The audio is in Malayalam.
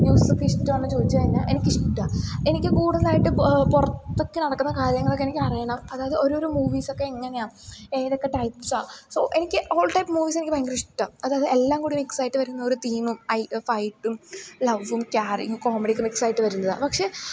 മൂവിസൊക്കെ ഇഷ്ടമാണോയെന്നു ചോദിച്ചു കഴിഞ്ഞാൽ എനിക്കിഷ്ടമാണ് എനിക്ക് കൂടുതലായിട്ട് പുറത്തൊക്കെ നടക്കുന്ന കാര്യങ്ങളൊക്കെ എനിക്കറിയണം അതായത് ഓരോരോ മൂവീസൊക്കെ എങ്ങനെയാണ് ഏതൊക്കെ ടൈപ്പ്സാണ് സോ എനിക്ക് ഓൾ ടൈപ്പ് മൂവീസ് എനിക്ക് ഭയങ്കര ഇഷ്ടമാണ് അതായത് എല്ലാം കൂടി മിക്സായിട്ട് വരുന്ന ഒരു തീമും ഐ ഫൈറ്റും ലവ്വും കെയറിങ്ങും കോമഡിയൊക്കെ മിക്സായിട്ട് വരുന്നതാണ് പക്ഷെ